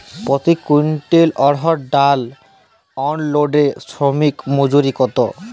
প্রতি কুইন্টল অড়হর ডাল আনলোডে শ্রমিক মজুরি কত?